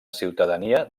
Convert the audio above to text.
ciutadania